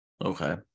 Okay